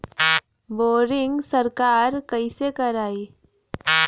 Boring सरकार कईसे करायी?